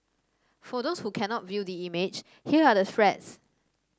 for those who cannot view the image here are the threats